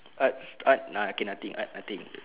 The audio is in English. arts arts nah okay nothing ah nothing